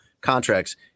contracts